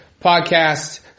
podcast